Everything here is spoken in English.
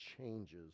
changes